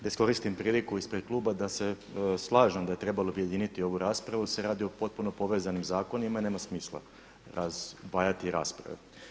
Da iskoristim priliku ispred kluba da se slažem da je trebalo objediniti ovu raspravu jer se radi o potpuno povezanim zakonima i nema smisla razdvajati rasprave.